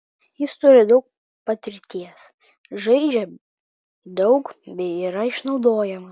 jis turi daug patirties žaidžia daug bei yra išnaudojamas